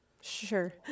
Sure